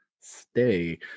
stay